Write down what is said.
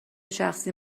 شخصی